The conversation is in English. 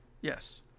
yes